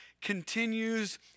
continues